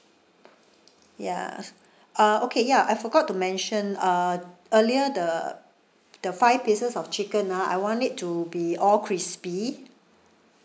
ya uh okay ya I forgot to mention uh earlier the the five pieces of chicken ah I want it to be all crispy